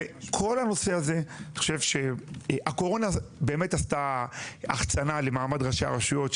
אני חושב שהקורונה באמת עשתה החצנה למעמד ראשי הרשויות,